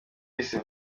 isi